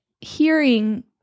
hearing